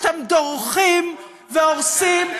שאתם דורכים והורסים,